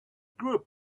group